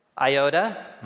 Iota